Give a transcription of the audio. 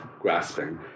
grasping